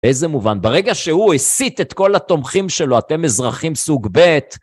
איזה מובן, ברגע שהוא הסיט את כל התומכים שלו, אתם אזרחים סוג ב'